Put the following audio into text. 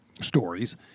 stories